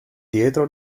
dietro